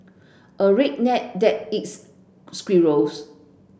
a redneck that eats squirrels